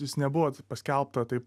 jis nebuvo paskelbta tai